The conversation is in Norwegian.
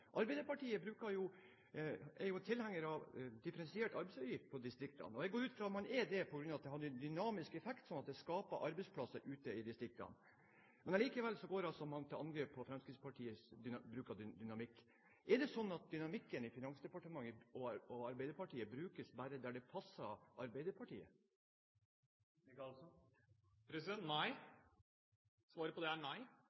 Arbeiderpartiet er jo tilhenger av differensiert arbeidsgiveravgift i distriktene. Jeg går ut fra at man er det på grunn av at det har en dynamisk effekt, sånn at det skaper arbeidsplasser ute i distriktene. Men likevel går man altså til angrep på Fremskrittspartiets bruk av dynamikk. Er det sånn at dynamikken i Finansdepartementet og i Arbeiderpartiet bare brukes der det passer Arbeiderpartiet? Svaret på det er nei.